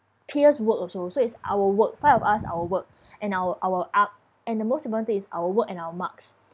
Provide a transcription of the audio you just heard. peers' work also so it's our work five of us our work and our our a~ and the most important thing is our work and our marks